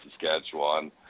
Saskatchewan